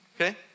okay